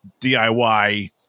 DIY